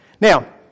Now